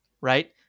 right